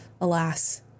alas